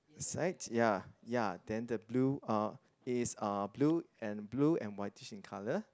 sides ya ya then the blue uh it is a blue and blue and whitish in colour